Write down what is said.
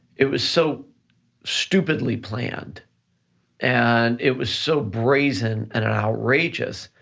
it was so stupidly planned and it was so brazen and outrageous,